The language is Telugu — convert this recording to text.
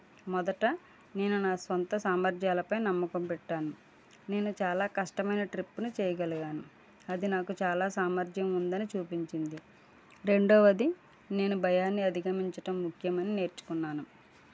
మొదట నేను నా సొంత సామర్థ్యాల పై నమ్మకం పెట్టాను నేను చాలా కష్టమైన ట్రిప్పుని చేయగలిగాను అది నాకు చాలా సామర్థ్యం ఉందని చూపించింది రెండవది నేను భయాన్ని అధిగమించడం ముఖ్యం అని నేర్చుకున్నాను